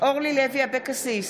אורלי לוי אבקסיס,